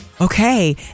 okay